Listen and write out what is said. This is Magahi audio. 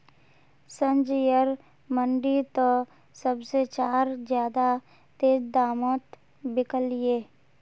संजयर मंडी त सब से चार ज्यादा तेज़ दामोंत बिकल्ये